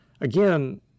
again